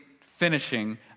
finishing